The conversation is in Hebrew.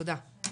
תודה.